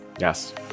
Yes